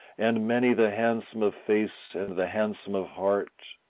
and many the handsome of face and the handsome of heart,